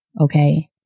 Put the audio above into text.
okay